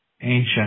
ancient